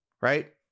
right